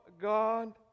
God